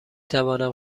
توانم